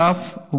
נוסף על כך,